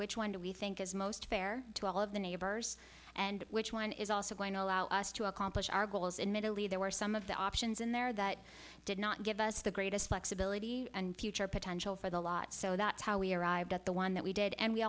which one do we think is most fair to all of the neighbors and which one is also going to allow us to accomplish our goals in middle east there were some of the options in there that did not give us the greatest flexibility and future potential for the lot so that's how we arrived at the one that we did and we